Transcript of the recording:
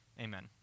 Amen